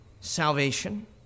salvation